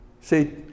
See